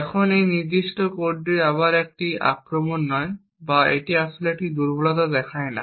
এখন এই নির্দিষ্ট কোডটি আবার এটি একটি আক্রমণ নয় বা এটি আসলে একটি দুর্বলতা দেখায় না